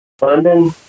London